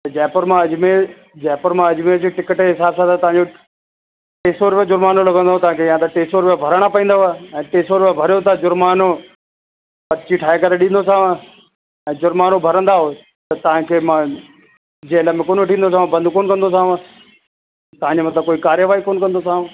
त जयपुर मां अजमेर जयपुर मां अजमेर जी टिकट जे हिसाब सां त तव्हांजो टे सौ रुपए जुर्मानो लॻंदो तव्हांखे या त टे सौ रुपया भरिणा पवंदव ऐं टे सौ रुपया भरियो था जुर्मानो पर्ची ठाहे करे ॾींदोसांव ऐं जुर्मानो भरंदव त तव्हांखे मां जेल में कोन वठी वेंदोसांव बंदि कोन कंदोसांव तव्हांजे मथां कोई काररवाई कोन कंदोसांव